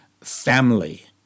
family